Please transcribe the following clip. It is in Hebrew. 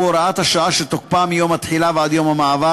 הוא הוראת השעה שתוקפה מיום התחילה ועד יום המעבר